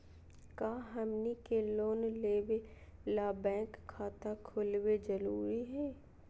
का हमनी के लोन लेबे ला बैंक खाता खोलबे जरुरी हई?